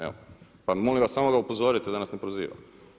Evo, pa molim vas samo ga upozorite da nas ne proziva.